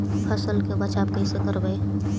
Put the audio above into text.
फसल के बचाब कैसे करबय?